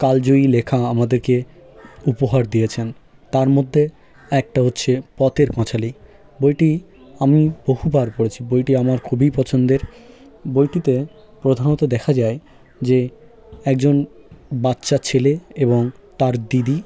কালজয়ী লেখা আমাদেরকে উপহার দিয়েছেন তার মধ্যে একটা হচ্ছে পথের পাঁচালি বইটি আমি বহুবার পড়েছি বইটি আমার খুব পছন্দের বইটিতে প্রধানত দেখা যায় যে একজন বাচ্চা ছেলে এবং তার দিদি